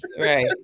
Right